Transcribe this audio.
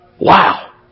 Wow